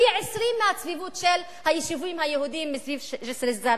שלה פי-20 מהצפיפות של היישובים היהודיים מסביב ג'סר-א-זרקא.